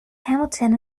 hamilton